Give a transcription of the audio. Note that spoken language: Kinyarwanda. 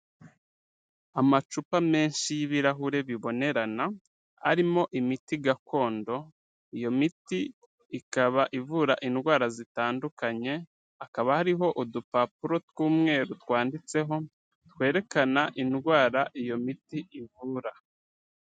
Amacupa menshi y'ibirahure bibonerana, arimo imiti gakondo, iyo miti ikaba ivura indwara zitandukanye, hakaba hariho udupapuro tw'umweru twanditseho twerekana indwara iyo miti ivura.